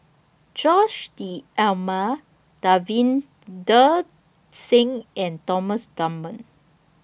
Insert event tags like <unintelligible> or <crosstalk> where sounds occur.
Jose <unintelligible> Davinder Singh and Thomas Dunman